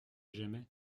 j’aimais